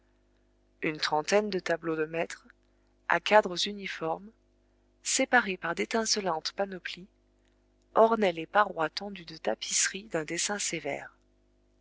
une trentaine de tableaux de maîtres à cadres uniformes séparés par d'étincelantes panoplies ornaient les parois tendues de tapisseries d'un dessin sévère